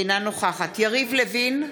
אינה נוכחת יריב לוין,